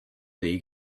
league